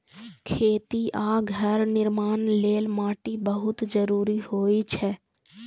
खेती आ घर निर्माण लेल माटि बहुत जरूरी होइ छै